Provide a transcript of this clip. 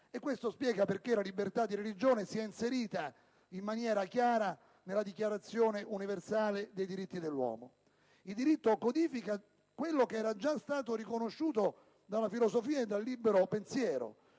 Ciò spiega perché la libertà di religione sia inserita in maniera chiara nella Dichiarazione universale dei diritti dell'uomo. Il diritto codifica quanto è stato già riconosciuto dalla filosofia e dal libero pensiero: